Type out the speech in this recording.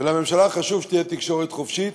ולממשלה חשוב שתהיה תקשורת חופשית.